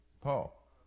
Paul